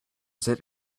said